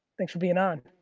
thanks for being on.